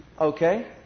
Okay